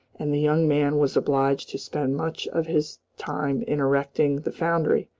and the young man was obliged to spend much of his time in erecting the foundry,